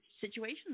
situation